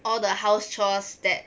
all the house chores that